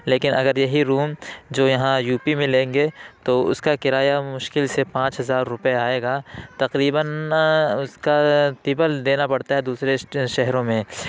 لیکن اگر روم جو یہاں یو پی میں لیں گے تو اس کا کرایہ مشکل سے پانچ ہزار روپے آئے گا تقریباً اس کا تیبل دینا پڑتا ہے دوسرے شہروں میں